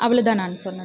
அவ்வளோதான் நான் சொன்னது